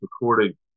recording